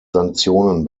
sanktionen